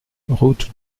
route